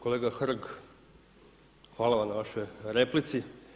Kolega Hrg, hvala vam na vašoj replici.